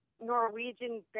Norwegian